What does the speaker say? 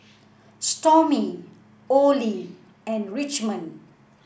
Stormy Olie and Richmond